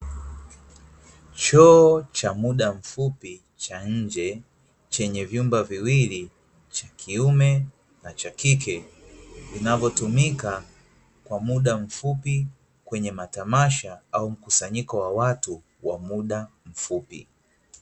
Choo cha muda mfupi cha nje chenye vyumba viwili cha kiume na cha kike, vinavyotumika kwa muda mfupi kwenye matamasha au mkusanyiko wa watu wa muda mfupi.